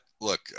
look